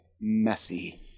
messy